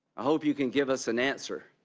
i hope you can give us an answer.